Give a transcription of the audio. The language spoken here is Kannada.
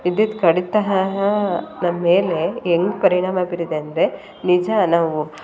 ವಿದ್ಯುತ್ ಕಡಿತ ನಮ್ಮ ಮೇಲೆ ಹೆಂಗ್ ಪರಿಣಾಮ ಬೀರಿದೆ ಅಂದರೆ ನಿಜ ನಾವು